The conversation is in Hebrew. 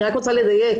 אני רק רוצה לדייק,